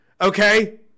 Okay